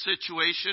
situation